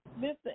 Mr